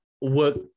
work